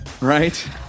right